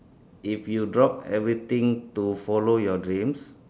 if you drop everything to follow your dreams